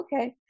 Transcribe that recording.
okay